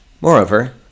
Moreover